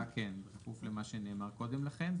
בכפוף למה שנאמר קודם לכן,